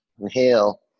Inhale